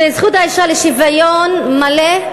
שזכות האישה לשוויון מלא,